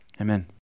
Amen